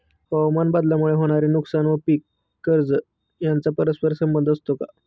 हवामानबदलामुळे होणारे नुकसान व पीक कर्ज यांचा परस्पर संबंध असतो का?